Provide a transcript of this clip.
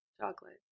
chocolate